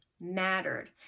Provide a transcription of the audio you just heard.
mattered